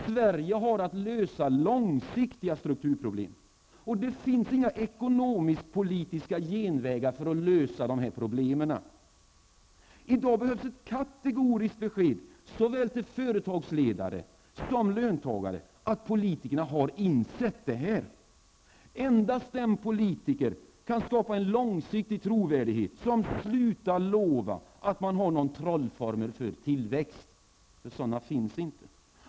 Sverige har att lösa långsiktiga strukturproblem. Det finns inga ekonomisk-politiska genvägar för att lösa dessa problem. I dag behövs ett kategoriskt besked till såväl företagsledare som löntagare, att politikerna har insett detta. Endast den politiker kan skapa långsiktig trovärdighet som slutar lova att man har någon trollformel för tillväxt -- några sådana finns inte.